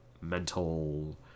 mental